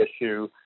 issue